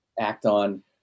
Acton